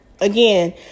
Again